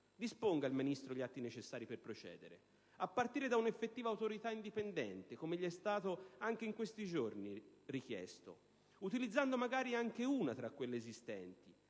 disponga il Ministro gli atti necessari per procedere; a partire da un'effettiva autorità indipendente, come gli è stato anche recentemente chiesto, utilizzando magari anche una tra quelle esistenti: